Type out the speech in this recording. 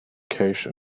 cache